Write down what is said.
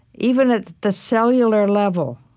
even at the cellular level